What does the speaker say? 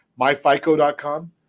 myfico.com